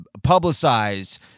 publicize